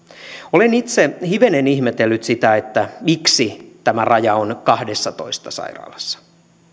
olen itse hivenen ihmetellyt sitä miksi tämä raja on kahdessatoista sairaalassa